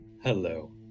Hello